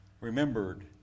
remembered